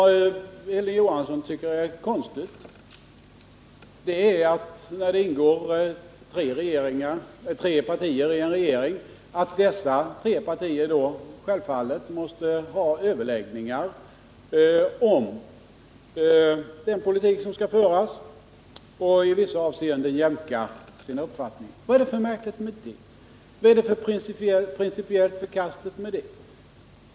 Hilding Johansson tycker att det är konstigt, när det ingår tre partier i en regering, att dessa tre partier då måste ha överläggningar om den politik som skall föras och i vissa avseenden jämka sina uppfattningar. Vad är det för märkligt med det? Vad är det för principiellt förkastligt med det?